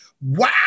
wow